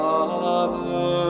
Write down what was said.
Father